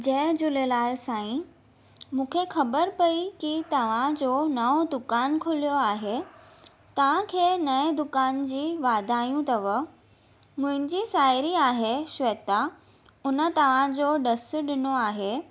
जय झूलेलाल साईं मूंखे ख़बर पई कि तव्हांजो नओ दुकानु खुलियो आहे तव्हांखे नए दुकान जी वाधायूं अथव मुंहिंजी साहेड़ी आहे श्वेता उन तव्हांजो ॾसु ॾिनो आहे